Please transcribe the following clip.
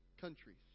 countries